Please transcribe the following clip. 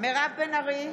מירב בן ארי,